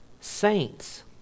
Saints